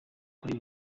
muri